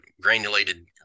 granulated